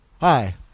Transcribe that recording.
hi